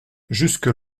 jusque